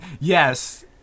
yes